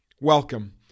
Welcome